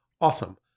Awesome